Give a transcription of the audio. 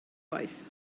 waith